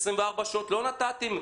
במשך 24 שעות לא נתתם,